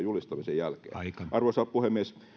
julistamisen jälkeen arvoisa puhemies